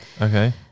Okay